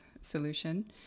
solution